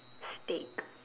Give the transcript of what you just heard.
steak